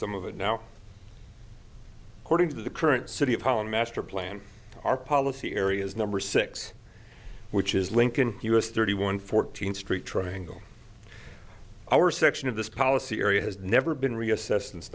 some of it now according to the current city of holland masterplan our policy areas number six which is lincoln us thirty one fourteenth street triangle our section of this policy area has never been reassess